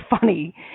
funny